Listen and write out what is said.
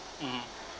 mmhmm